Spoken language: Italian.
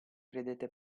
credete